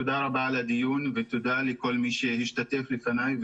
תודה רבה על הדיון ותודה לכל מי שהשתתף לפניי,